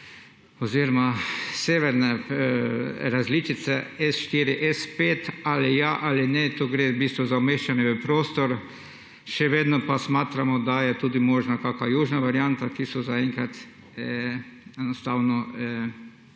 oziroma severne različice S4S5(?) ali ja ali ne, to gre v bistvu za umeščanje v prostor. Še vedno pa smatramo, da je tudi možna kaka južna varianta, ki so zaenkrat enostavno aktualno